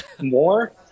more